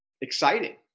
exciting